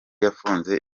yafunze